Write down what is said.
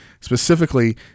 Specifically